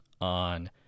on